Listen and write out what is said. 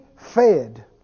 Fed